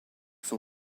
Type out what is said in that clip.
son